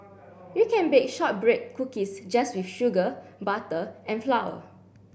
you can bake shortbread cookies just with sugar butter and flour